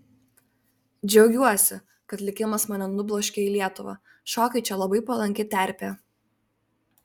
džiaugiuosi kad likimas mane nubloškė į lietuvą šokiui čia labai palanki terpė